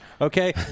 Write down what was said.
okay